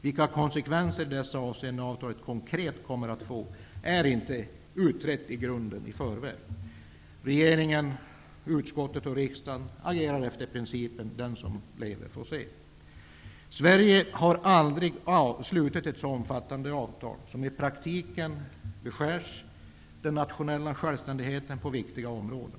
Vilka konsekvenser avtalet i dessa avseenden konkret får är inte i grunden utrett i förväg. Regeringen, utskottet och riksdagen agerar efter principen den som lever får se. Sverige har aldrig slutit ett så omfattande avtal -- i praktiken beskärs den nationella självständigheten på viktiga områden.